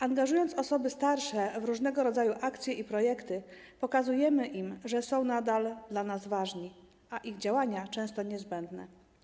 Angażując osoby starsze w różnego rodzaju akcje i projekty, pokazujemy im, że są nadal dla nas ważne, a ich działania często są niezbędne.